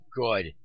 good